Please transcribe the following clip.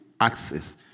access